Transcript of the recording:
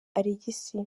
alegisi